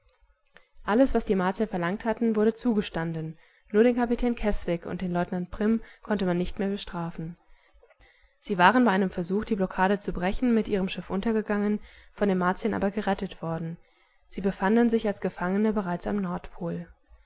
alles was die martier verlangt hatten wurde zugestanden nur den kapitän keswick und den leutnant prim konnte man nicht mehr bestrafen sie waren bei einem versuch die blockade zu brechen mit ihrem schiff untergegangen von den martiern aber gerettet worden sie befanden sich als gefangene bereits am